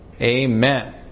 Amen